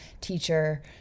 teacher